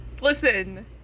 listen